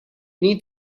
need